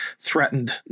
threatened